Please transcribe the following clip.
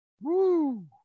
Woo